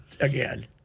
again